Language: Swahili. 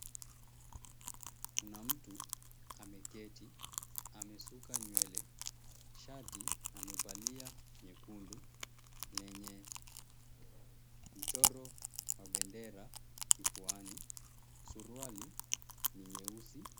Kuna mtu ameketi. Amesuka nywele. Shati amevalia nyekundu, lenye mchoro wa bendera kifuani. Suruali ni nyeusi.